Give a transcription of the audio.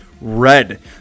red